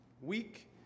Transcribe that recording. week